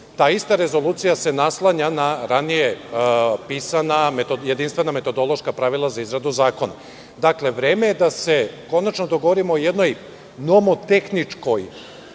Ta ista rezolucija se naslanja na ranije pisana jedinstvena metodološka pravila za izradu zakona. Dakle, vreme je da se konačno dogovorimo o jednoj nomotehničkoj